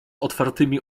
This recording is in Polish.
otwartymi